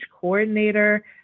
coordinator